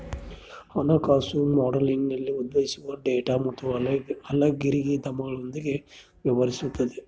ಹಣಕಾಸು ಮಾಡೆಲಿಂಗ್ನಲ್ಲಿ ಉದ್ಭವಿಸುವ ಡೇಟಾ ಮತ್ತು ಅಲ್ಗಾರಿದಮ್ಗಳೊಂದಿಗೆ ವ್ಯವಹರಿಸುತದ